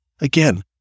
Again